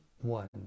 one